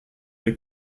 der